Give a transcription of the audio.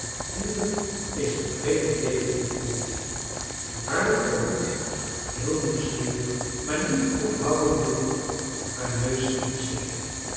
hindert is een vreemde leegte in den mond waar uw tong heel nieuwsgierig maar niet ophouden wil haar neus in te steken